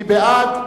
מי בעד?